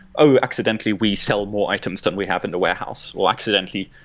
oh! accidentally, we sell more items than we have in the warehouse, or, accidentally,